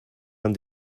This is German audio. man